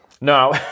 No